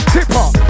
Tipper